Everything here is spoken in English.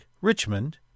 Richmond